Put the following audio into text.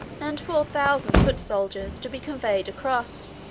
and four thousand foot soldiers, to be conveyed across.